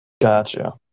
Gotcha